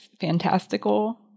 fantastical